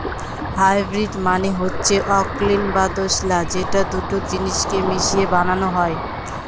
hybrid মানে হচ্ছে অকুলীন বা দোঁশলা যেটা দুটো জিনিস কে মিশিয়ে বানানো হয়